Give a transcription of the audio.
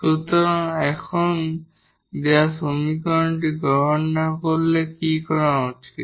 সুতরাং এখন দেওয়া সমীকরণটি গ্রহণ না করলে কি করা উচিত